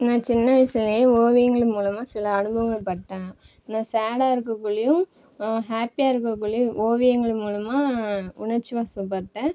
நான் சின்ன வயசுலேயே ஓவியங்கள் மூலமாக சில அனுபவங்கள்பட்டேன் நான் சேடாக இருக்ககுள்ளயும் ஹாப்பியா இருக்ககுள்ளயும் ஓவியங்கள் மூலமாக உணர்ச்சிவசபட்டேன்